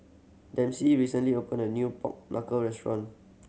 Dempsey recently opened a new pork knuckle restaurant